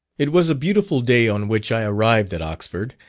it was a beautiful day on which i arrived at oxford,